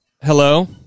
Hello